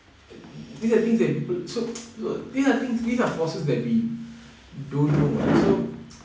these are things that people so there are things these are forces that we don't know [what] so